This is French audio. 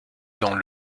dans